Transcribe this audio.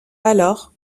alors